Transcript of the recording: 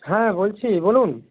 হ্যাঁ বলছি বলুন